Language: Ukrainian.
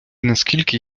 наскільки